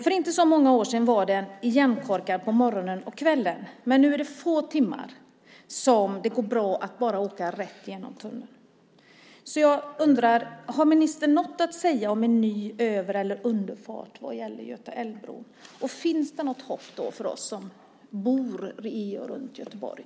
För inte så många år sedan var den igenkorkad på morgonen och kvällen, men nu är det få timmar som det går bra att bara åka rätt igenom tunneln. Jag undrar därför om ministern har något att säga om en ny över eller underfart vad gäller Götaälvbron. Finns det något hopp för oss som bor i och runt Göteborg?